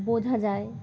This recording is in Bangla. বোঝা যায়